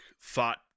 thought